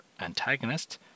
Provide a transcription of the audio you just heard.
antagonist